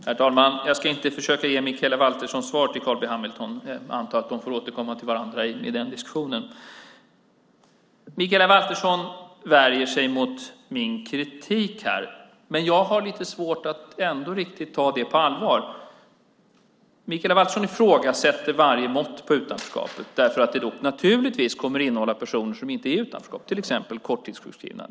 Herr talman! Jag ska inte försöka ge Mikaela Valterssons svar till Carl B Hamilton. De får återkomma till varandra i den diskussionen. Mikaela Valtersson värjer sig mot min kritik, men jag har svårt att riktigt ta det på allvar. Hon ifrågasätter varje mått på utanförskapet för att det kommer att innehålla personer som inte är i utanförskap, till exempel korttidssjukskrivna.